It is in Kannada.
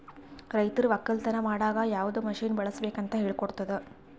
ರೈತರು ಒಕ್ಕಲತನ ಮಾಡಾಗ್ ಯವದ್ ಮಷೀನ್ ಬಳುಸ್ಬೇಕು ಅಂತ್ ಹೇಳ್ಕೊಡ್ತುದ್